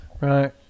Right